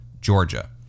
Georgia